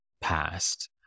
past